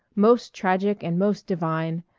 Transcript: most tragic and most divine,